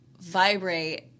vibrate